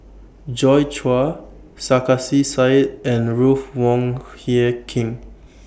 Joi Chua Sarkasi Said and Ruth Wong Hie King